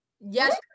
Yes